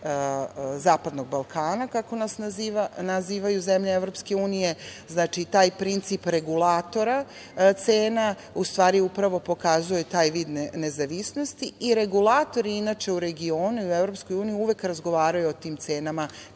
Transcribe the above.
Zapadnog Balkana, kako nas nazivaju zemlje EU. Znači, taj princip regulatora cena, u stvari, upravo pokazuje taj vid nezavisnosti i regulatori, inače, u regionu i u EU uvek razgovaraju o tim cenama